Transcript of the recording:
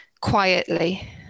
quietly